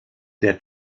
der